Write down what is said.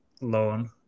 loan